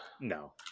No